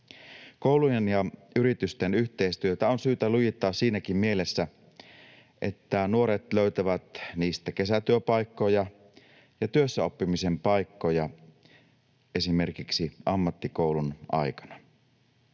Koulujen ja yritysten yhteistyötä on syytä lujittaa siinäkin mielessä, että nuoret löytävät niistä kesätyöpaikkoja ja työssäoppimisen paikkoja esimerkiksi ammattikoulun aikana.